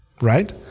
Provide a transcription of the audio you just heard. right